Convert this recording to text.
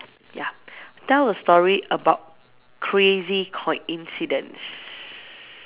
ya tell a story about crazy coincidence